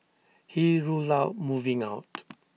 he ruled out moving out